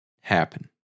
happen